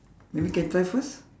maybe can try first